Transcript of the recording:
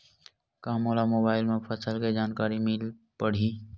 का मोला मोबाइल म फसल के जानकारी मिल पढ़ही?